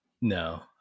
no